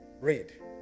Read